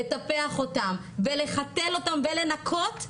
לטפח אותם ולחתל אותם ולנקות,